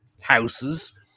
houses